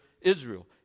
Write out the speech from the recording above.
Israel